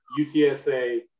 UTSA